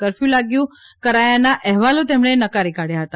curfew લાગુ કરાયાના અહેવાલો તેમણે નકારી કાઢયા હતા